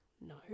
No